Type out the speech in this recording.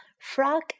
Frog